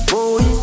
Boy